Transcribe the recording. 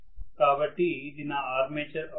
కాబట్టి ఇది నా ఆర్మేచర్ అవుతుంది